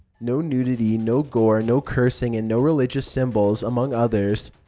no nudity, no gore, no cursing, and no religious symbols, among others.